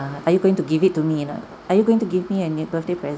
are you going to give it to me or not are you going to give me any birthday present